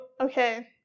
okay